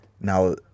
now